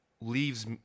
leaves